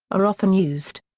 are often used.